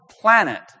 planet